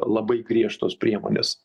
labai griežtos priemonės